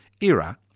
era